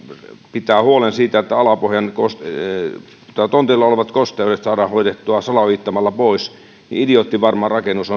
pitää huolen siitä että tontilla olevat kosteudet saadaan hoidettua salaojittamalla pois niin se on idioottivarma rakennus